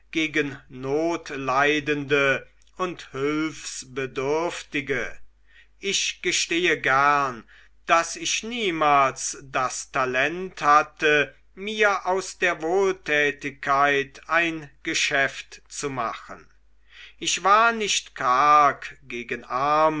gegen notleidende und hülfsbedürftige ich gestehe gern daß ich niemals das talent hatte mir aus der wohltätigkeit ein geschäft zu machen ich war nicht karg gegen